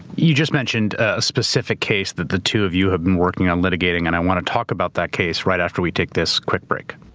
you just mentioned a specific case that the two of you have been working on litigating and i want to talk about that case right after we take this quick break.